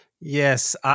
Yes